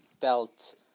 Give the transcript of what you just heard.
felt